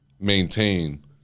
maintain